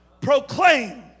proclaim